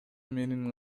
менин